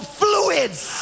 fluids